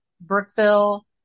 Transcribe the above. Brookville